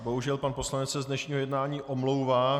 Bohužel pan poslanec se z dnešního jednání omlouvá.